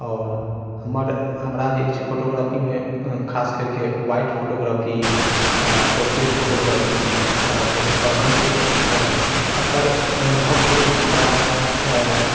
आओर हमर हमरा जे अछि फोटोग्राफीमे खास करके वाइल्ड फोटोग्राफी पोर्ट्रेट फोटोग्राफी बहुत पसन्द अछि और एकर अनुभव जे अछि हमरा